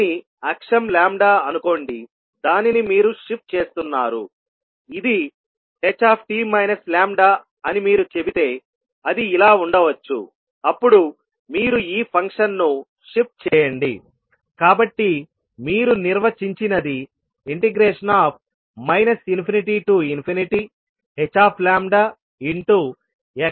దీనిని అక్షం లాంబ్డా అనుకోండి దానిని మీరు షిఫ్ట్ చేస్తున్నారుఇది ht λ అని మీరు చెబితే అది ఇలా ఉండవచ్చు అప్పుడు మీరు ఈ ఫంక్షన్ను షిఫ్ట్ చేయండి కాబట్టి మీరు నిర్వచించినది ∞hxt λdλ